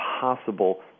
possible